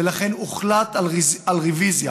ולכן הוחלט על רוויזיה.